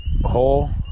hole